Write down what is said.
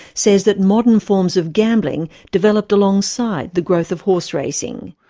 says that modern forms of gambling developed alongside the growth of horse racing.